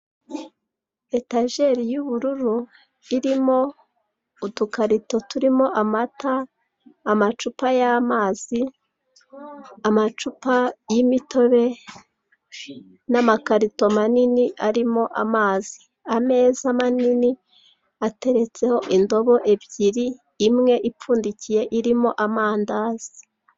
Etajeri y'ubururu, irimo udukarito turimo amata, amazi, amacupa y'imitobe n'amakarito manini arimo amazi. Ameza manini ateretseho indomo ebyiri; imwe ipfundikiye, irimo amandazi.